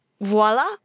Voila